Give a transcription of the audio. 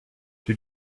did